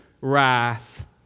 wrath